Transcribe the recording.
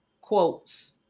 quotes